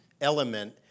element